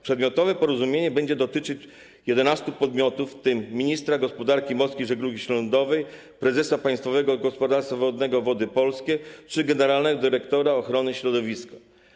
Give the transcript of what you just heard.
Przedmiotowe porozumienie będzie dotyczyć 11 podmiotów, w tym ministra gospodarki morskiej i żeglugi śródlądowej, prezesa Państwowego Gospodarstwa Wodnego Wody Polskie czy generalnego dyrektora ochrony środowiska.